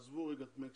עזבו רגע את מקסיקו,